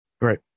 Right